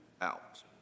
out